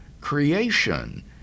creation